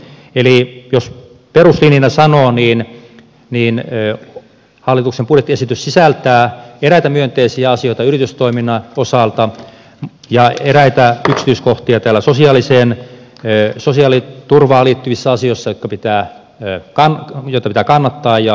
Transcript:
eli jos peruslinjana sanoo niin hallituksen budjettiesitys sisältää eräitä myönteisiä asioita yritystoiminnan osalta ja eräitä yksityiskohtia sosiaaliturvaan liittyvissä asioissa joita pitää kannattaa ja jotka pitää tunnustaa